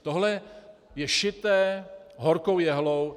Tohle je šité horkou jehlou.